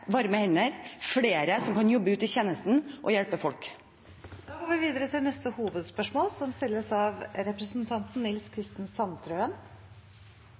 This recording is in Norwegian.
varme hender, flere som kan jobbe ute i tjenesten og hjelpe folk. Vi går videre til neste hovedspørsmål.